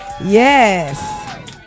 Yes